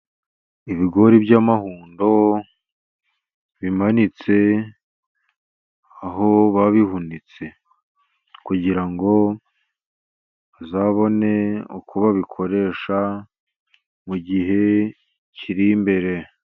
Ibigori by'amahundo bimanitse aho babihunitse. Kugira ngo bazabone uko babikoresha mu gihe kiri imbere.